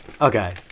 okay